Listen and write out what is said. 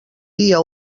dia